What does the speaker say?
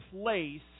place